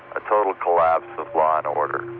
a total collapse of law and order.